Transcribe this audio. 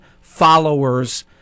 followers